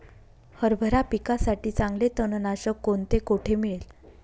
हरभरा पिकासाठी चांगले तणनाशक कोणते, कोठे मिळेल?